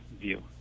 view